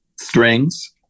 strings